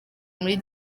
muri